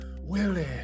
Willie